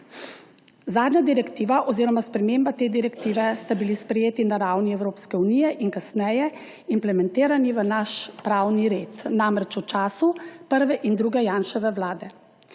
Zadnja direktiva oziroma sprememba te direktive ste bili sprejeti na ravni Evropske unije in kasneje implementirani v naš pravni red v času prve in druge Janševe Vlade.